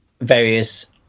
various